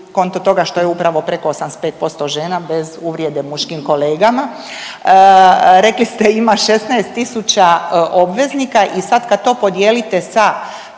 konto toga što je upravo preko 85% žena bez uvrijede muškim kolegama, rekli ste ima 16.000 obveznika i sad kad to podijelite sa